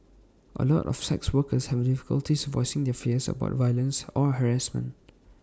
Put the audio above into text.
A lot of sex workers have difficulties voicing their fears about violence or harassment